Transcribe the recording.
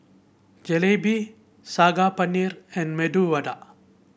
Jalebi Saag Paneer and Medu Vada